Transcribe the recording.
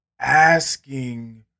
asking